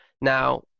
now